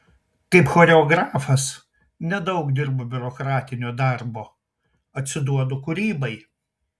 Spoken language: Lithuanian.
kaip choreografas nedaug dirbu biurokratinio darbo atsiduodu kūrybai